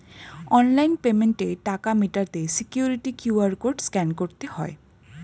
online পেমেন্টে টাকা মেটাতে সিকিউরিটি কিউ.আর কোড স্ক্যান করতে হয়